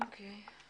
אוקיי.